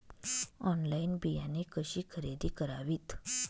Online बियाणे कशी खरेदी करावीत?